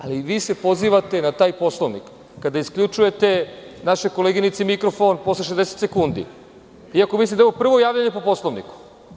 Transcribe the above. Ali vi se pozivate na taj Poslovnik kada isključujete našoj koleginici mikrofon posle 60 sekundi, iako mislim da je ovo prvo javljanje po Poslovniku.